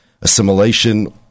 Assimilation